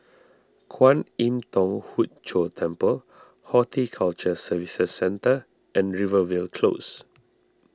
Kwan Im Thong Hood Cho Temple Horticulture Services Centre and Rivervale Close